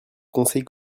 conseil